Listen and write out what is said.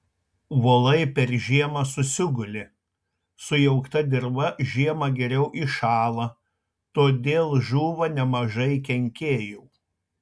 volai per žiemą susiguli sujaukta dirva žiemą geriau įšąla todėl žūva nemažai kenkėjų